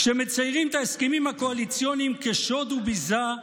כשמציירים את ההסכמים הקואליציוניים כשוד וביזה,